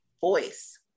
voice